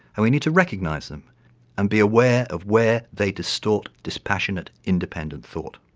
and we need to recognize them and be aware of where they distort dispassionate, independent thought.